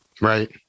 Right